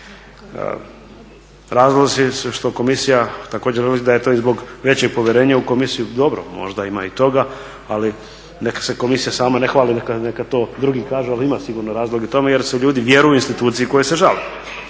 Razlozi su što komisija također … da je to zbog i većeg povjerenja u komisiju, dobro, možda ima i toga, ali neka se komisija sama ne hvali, neka to drugi kažu, ali ima sigurno razloga i u tome jer ljudi vjeruju instituciji kojoj se žale.